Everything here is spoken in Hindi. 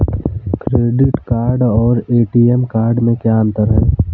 क्रेडिट कार्ड और ए.टी.एम कार्ड में क्या अंतर है?